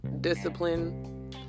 discipline